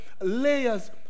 layers